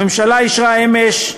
הממשלה אישרה אמש,